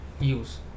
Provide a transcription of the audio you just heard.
use